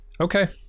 okay